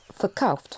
verkauft